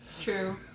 True